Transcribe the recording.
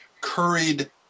curried